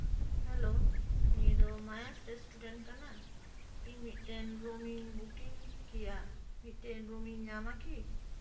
hello ᱱᱤᱭᱟᱹ ᱫᱚ ᱢᱟᱭᱟ ᱜᱮᱥᱴ ᱨᱩᱢ ᱠᱟᱱᱟ ᱤᱧ ᱢᱤᱫᱴᱮᱱ ᱨᱩᱢᱤᱧ ᱵᱩᱠᱤᱝ ᱠᱮᱭᱟ ᱢᱤᱫᱴᱮᱱ ᱨᱩᱢᱤᱧ ᱧᱟᱢᱟ ᱠᱤ